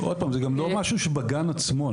שוב, זה גם לא משהו שבגן עצמו.